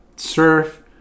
surf